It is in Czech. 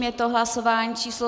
Je to hlasování číslo 149.